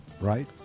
right